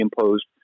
imposed